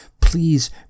please